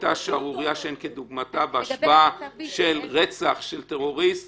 היתה שערורייה שאין כדוגמתה בהשוואה של רצח של טרוריסט